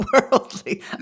Worldly